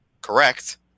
correct